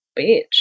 bitch